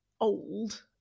old